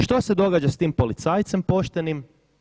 Što se događa s tim policajcem poštenim?